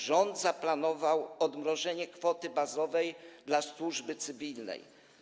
Rząd zaplanował odmrożenie kwoty bazowej dla służby cywilnej.